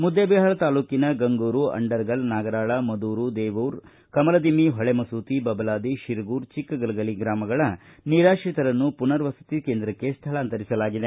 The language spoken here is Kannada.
ಮುದ್ದೆಬಿಹಾಳ್ ತಾಲ್ಲೂಕಿನ ಗಂಗೂರು ಅಂಡರ್ಗಲ್ ನಾಗರಾಳ್ ಮುದೂರ ದೇವೂರ್ ಕಮಲದಿಮ್ನಿ ಹೊಳೆಮಸೂತಿ ಬಬಲಾದಿ ತಿರಗೂರ ಚಿಕ್ಕೆಗಲಗಲಿ ಗ್ರಾಮಗಳ ನಿರಾತ್ರಿತರನ್ನು ಪುನರ್ ವಸತಿ ಕೇಂದ್ರಕ್ಕೆ ಸ್ಥಳಾಂತರಿಸಲಾಗಿದೆ